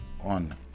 on